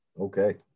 Okay